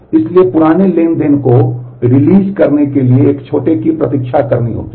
इसलिए पुराने ट्रांज़ैक्शन को रिलीज़ करने करने के लिए एक छोटे की प्रतीक्षा करनी पड़ सकती है